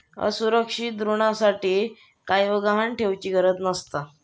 असुरक्षित ऋणासाठी कायव गहाण ठेउचि गरज नसता